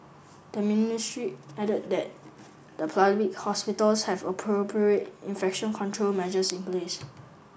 the ministry added that the public hospitals have appropriate infection control measures in place